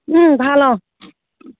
ভাল অঁ